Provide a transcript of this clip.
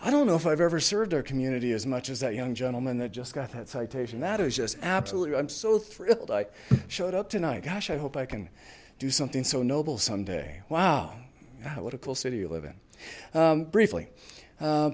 i don't know if i've ever served our community as much as that young gentleman that just got that citation that is just absolutely i'm so thrilled i showed up tonight gosh i hope i can do something so noble someday wow what a cool city you live in briefly